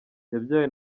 yabyawe